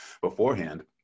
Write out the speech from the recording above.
beforehand